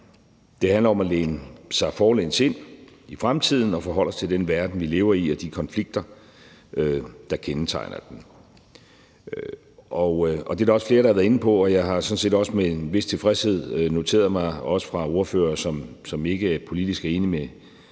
Det handler om at læne sig forlæns ind i fremtiden og forholde os til den verden, vi lever i, og de konflikter, der kendetegner den, og det er der også flere der har været inde på, og jeg har sådan set også med en vis tilfredshed noteret mig, at man også fra ordføreres side, som ikke politisk er enige med